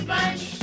Bunch